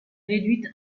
réduite